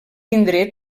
indret